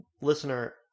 listener